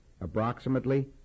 Approximately